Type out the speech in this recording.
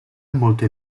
molto